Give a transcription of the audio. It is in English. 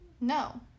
No